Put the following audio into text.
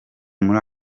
muri